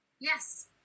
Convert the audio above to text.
Yes